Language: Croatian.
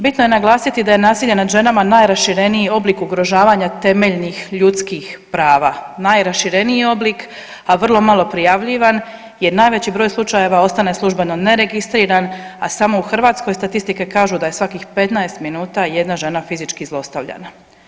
Bitno je naglasiti da je nasilje nad ženama najrašireniji oblik ugrožavanja temeljnih ljudskih prava, najrašireniji je oblik, a vrlo malo prijavljivan, jer najveći broj slučajeva ostaje službeno neregistriran, a samo u Hrvatskoj statistike kažu da je svakih 15 minuta jedna žena fizički zlostavljana.